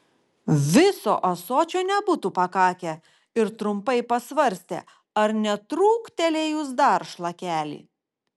viso ąsočio nebūtų pakakę ir trumpai pasvarstė ar netrūktelėjus dar šlakelį